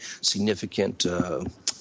significant